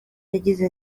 yagize